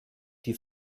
die